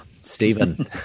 Stephen